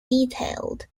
detailed